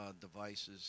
devices